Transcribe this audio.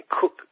Cook